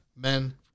Men